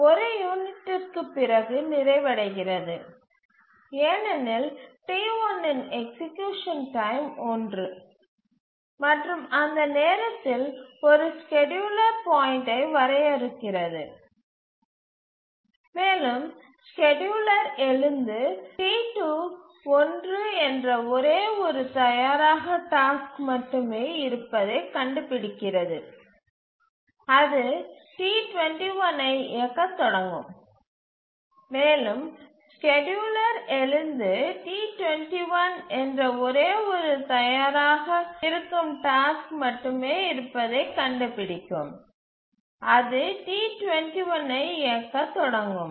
இது ஒரு அலகுக்குப் பிறகு நிறைவடைகிறது ஏனெனில் T1 இன் எக்சீக்யூசன் டைம் 1 மற்றும் அந்த நேரத்தில் ஒரு ஸ்கேட்யூலர் புள்ளியை வரையறுக்கிறது மேலும் ஸ்கேட்யூலர் எழுந்து T21 என்ற ஒரே ஒரு தயாராக டாஸ்க் மட்டுமே இருப்பதைக் கண்டுபிடிப்பார் அது T21 ஐ இயக்கத் தொடங்கும்